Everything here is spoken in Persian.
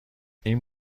این